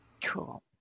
cool